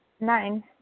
Nine